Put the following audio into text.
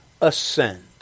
ascend